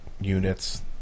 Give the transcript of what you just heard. units